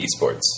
esports